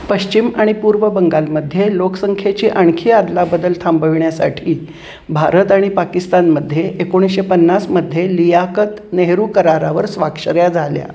पश्चिम आणि पूर्व बंगालमध्ये लोकसंख्याची आणखी आदला बदल थांबविण्यासाठी भारत आणि पाकिस्तानमध्ये एकोणीसशे पन्नासमध्ये लियाकत नेहरू करारावर स्वाक्षर्या झाल्या